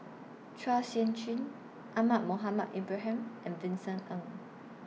Chua Sian Chin Ahmad Mohamed Ibrahim and Vincent Ng